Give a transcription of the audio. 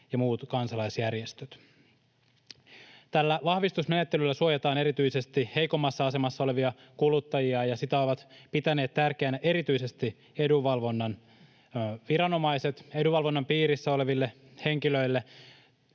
ja muut kansalaisjärjestöt. Tällä vahvistusmenettelyllä suojataan erityisesti heikommassa asemassa olevia kuluttajia, ja sitä ovat pitäneet tärkeänä erityisesti edunvalvonnan viranomaiset. Edunvalvonnan piirissä oleville henkilöille